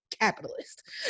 capitalist